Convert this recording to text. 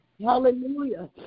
hallelujah